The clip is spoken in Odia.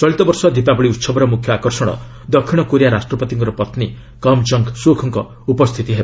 ଚଳିତବର୍ଷ ଦୀପାବଳି ଉହବର ମୁଖ୍ୟ ଆକର୍ଷଣ ଦକ୍ଷିଣ କୋରିଆ ରାଷ୍ଟ୍ରପତିଙ୍କ ପତ୍ନୀ କମ୍ ଜଙ୍ଗ୍ ସୁଖ୍କ ଉପସ୍ଥିତି ହେବ